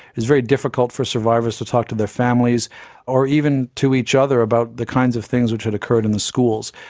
it's very difficult for survivors to talk to their families or even to each other about the kinds of things which had occurred in the schools.